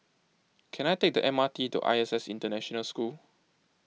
can I take the M R T to I S S International School